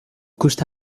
costa